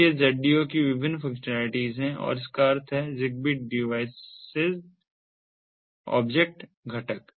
तो ये ZDO की विभिन्न फंक्शनैलिटीज हैं और इसका अर्थ है ZigBee डिवाइस ऑब्जेक्ट घटक